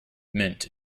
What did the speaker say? mint